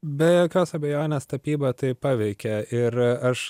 be jokios abejonės tapyba tai paveikė ir aš